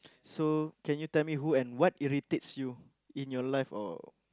so can you tell me who and what irritates you in your life or